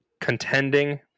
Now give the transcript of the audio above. contending